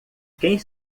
quem